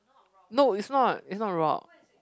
no it's not it's not rock